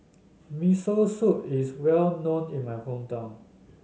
Miso Soup is well known in my hometown